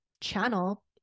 channel